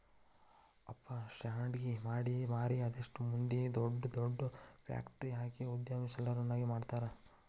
ಹಪ್ಳಾ ಶಾಂಡ್ಗಿ ಮಾಡಿ ಮಾರಿ ಅದೆಷ್ಟ್ ಮಂದಿ ದೊಡ್ ದೊಡ್ ಫ್ಯಾಕ್ಟ್ರಿ ಹಾಕಿ ಉದ್ಯಮಶೇಲರನ್ನಾಗಿ ಮಾಡ್ಯಾರ